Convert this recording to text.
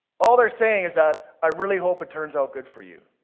all they're saying is that, i really hope it turns out good for you.